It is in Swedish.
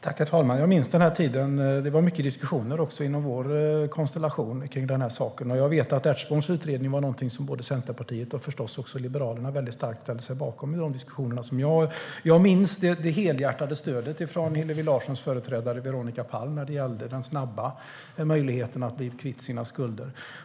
Herr talman! Jag minns denna tid. Det var mycket diskussioner om detta också inom vår konstellation. Jag vet att både Centerpartiet och Liberalerna ställde sig bakom Ertsborns utredning i dessa diskussioner. Jag minns det helhjärtade stödet från Hillevi Larssons företrädare Veronica Palm vad gällde den snabba möjligheten att bli kvitt sina skulder.